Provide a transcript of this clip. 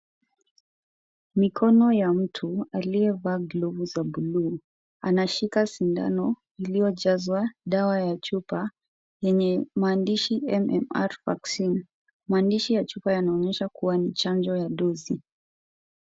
Mikono ya mtu aliyevaa glovu za buluu anashika sindano iliyojazwa dawa ya chupa yenye mandishi MMR vaccine mandishi ya chupa yanaonyesha kuwa ni chanjo ya dosi.